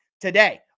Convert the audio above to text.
today